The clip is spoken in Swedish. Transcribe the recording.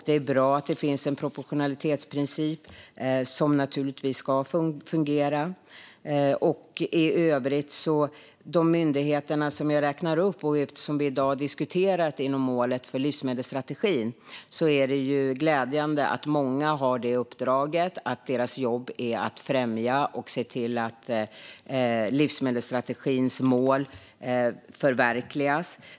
Det är bra att det finns proportionalitetsprincip, och den ska givetvis fungera. Vad gäller de myndigheter jag har räknat upp och som vi har diskuterat inom målet för livsmedelsstrategin är det glädjande att många av dem har i uppdrag att främja livsmedelsstrategin och se till att målen förverkligas.